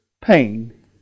pain